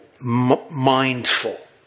mindful